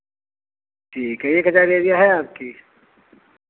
ठीक है एक हज़ार एरिया है आपकी